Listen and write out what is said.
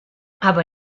aber